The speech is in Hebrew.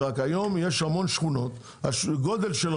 היו יש הרבה שכונות שהם בבחינת פריפריה.